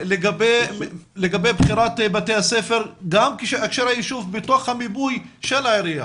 לגבי בחירת בתי הספר גם כאשר היישוב בתוך המיפוי של העירייה,